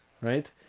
Right